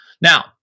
Now